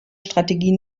strategie